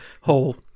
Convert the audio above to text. hole